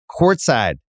courtside